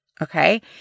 okay